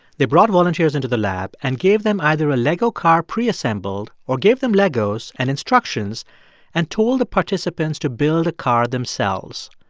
they brought volunteers into the lab and gave them either a lego car preassembled or gave them legos and instructions and told the participants to build a car themselves.